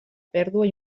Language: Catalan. pèrdua